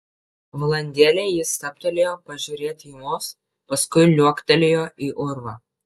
valandėlę jis stabtelėjo pažiūrėti į mus paskui liuoktelėjo į urvą